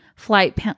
flight